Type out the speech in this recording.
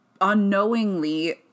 unknowingly